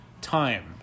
time